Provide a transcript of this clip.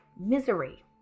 misery